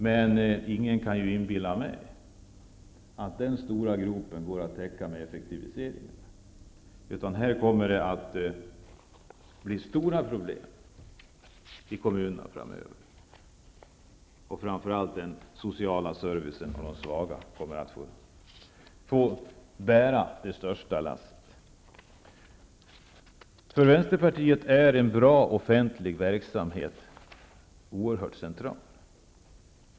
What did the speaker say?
Men ingen kan inbilla mig att den stora gropen går att täcka med effektivisering. Här kommer det att bli stora problem i kommunerna framöver. Det är framför allt den sociala servicen för de svaga som kommer att få bära det största lasset. För Vänsterpartiet är en bra offentlig verksamhet oerhört central.